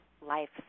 life